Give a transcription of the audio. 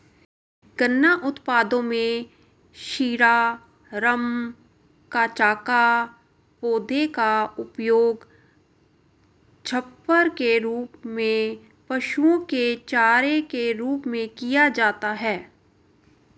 गन्ना उत्पादों में शीरा, रम, कचाका, पौधे का उपयोग छप्पर के रूप में, पशुओं के चारे के रूप में किया जाता है